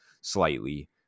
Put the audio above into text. slightly